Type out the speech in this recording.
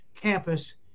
campus